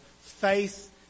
faith